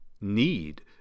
need